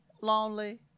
lonely